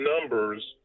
numbers